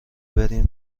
برین